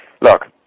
Look